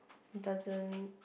doesn't